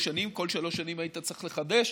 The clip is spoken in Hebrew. שנים ובכל שלוש שנים היית צריך לחדש.